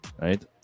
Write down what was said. Right